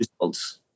Results